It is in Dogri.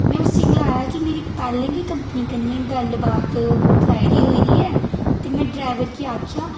में उसी सनाया की मेरी पैह्लें गै कंपनी कन्नै कराए दी गल्ल बात होई दी ऐ ते मे डरैबर गी आक्खेआ